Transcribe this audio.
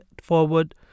forward